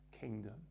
kingdom